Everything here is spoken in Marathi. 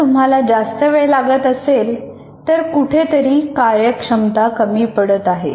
जर तुम्हाला जास्त वेळ लागत असेल तर कुठेतरी कार्यक्षमता कमी पडते आहे